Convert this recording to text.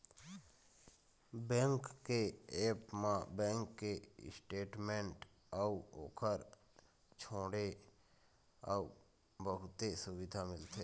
bank के apps म bank के स्टेटमेंट अउ ओखर छोड़े अउ बहुते सुबिधा मिलथे